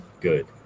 good